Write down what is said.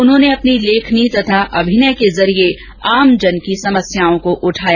उन्होंने अपनी लेखनी तथा अभिनय के जरिए आमजन की समस्याओं को उठाया